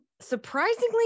surprisingly